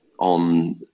on